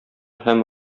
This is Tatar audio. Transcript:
һәм